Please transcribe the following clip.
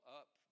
up